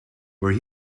where